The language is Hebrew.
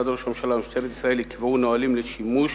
משרד ראש הממשלה ומשטרת ישראל יקבעו נהלים לשימוש